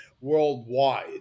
worldwide